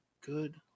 Good